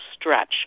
stretch